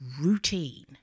routine